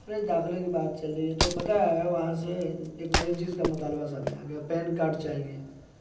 ارے داخلے کی بات چل رہی ہے تو پتا ہے وہاں سے ایک نئی چیز کا مطالبہ سامنے آ گیا پین کارڈ چاہیے